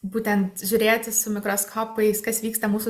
būtent žiūrėti su mikroskopais kas vyksta mūsų